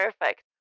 perfect